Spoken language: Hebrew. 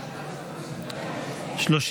תוספת תקציב לא נתקבלו.